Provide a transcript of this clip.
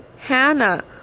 Hannah